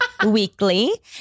weekly